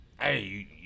hey